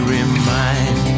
remind